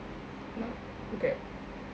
nak Grab